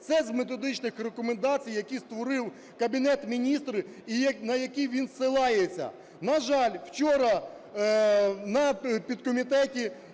Це з методичних рекомендацій, які створив Кабінет Міністрів і на які він посилається. На жаль, вчора на підкомітеті